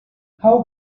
how